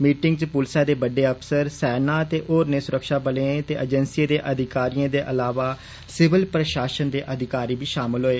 meeting च पुलसै दे बड्डै अफ्सर सेना ते होरनें सुरक्षा बलें ते अर्जैंसियें दे अधिकारिएं दे अलावा सिवल प्रशासन दे अधिकारी बी शामल होए